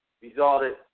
resulted